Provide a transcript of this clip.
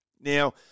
Now